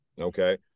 okay